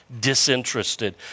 disinterested